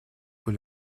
pour